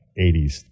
80s